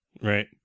Right